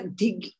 dig